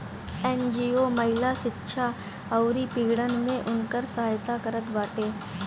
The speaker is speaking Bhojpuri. एन.जी.ओ महिला शिक्षा अउरी उत्पीड़न में भी उनकर सहायता करत बाटे